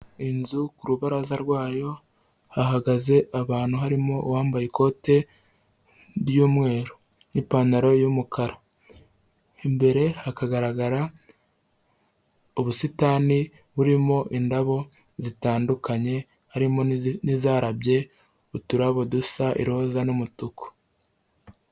Inzu ku rubaraza rwayo hahagaze abantu harimo uwambaye ikote ry'umweru n'ipantaro y'umukara. Iimbere hakagaragara ubusitani burimo indabo zitandukanye harimo n'izarabye uturabo dusa roza n'umutuku.